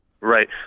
Right